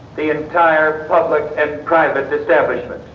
the entire public and private establishment.